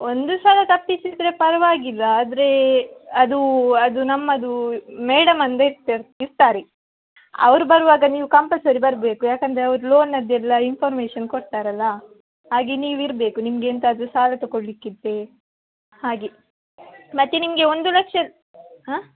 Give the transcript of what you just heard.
ಒಂದು ಸಲ ತಪ್ಪಿಸಿದರೆ ಪರವಾಗಿಲ್ಲ ಆದರೆ ಅದು ಅದು ನಮ್ಮದು ಮೇಡಮ್ ಅಂದೆ ಇರ್ತಾರೆ ಇರ್ತಾರೆ ಅವರು ಬರೋವಾಗ ನೀವು ಕಂಪಲ್ಸರಿ ಬರಬೇಕು ಯಾಕಂದರೆ ಅವ್ರು ಲೋನದೆಲ್ಲ ಇನ್ಫಾರ್ಮೇಶನ್ ಎಲ್ಲ ಕೊಡ್ತಾರಲ್ಲ ಹಾಗೆ ನೀವು ಇರಬೇಕು ನಿಮಗೆ ಎಂತಾದರೂ ಸಾಲ ತಗೊಳ್ಳಿಕ್ಕಿದ್ರೆ ಹಾಗೆ ಮತ್ತು ನಿಮಗೆ ಒಂದು ಲಕ್ಷ ಹಾಂ